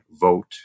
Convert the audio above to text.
vote